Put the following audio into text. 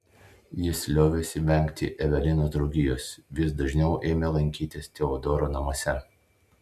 jis liovėsi vengti evelinos draugijos vis dažniau ėmė lankytis teodoro namuose